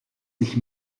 sich